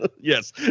Yes